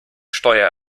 steuer